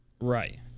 Right